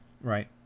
right